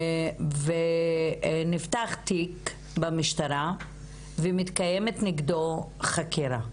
ונפתח תיק במשטרה ומתקיימת נגדו חקירה,